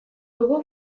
dugu